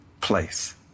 place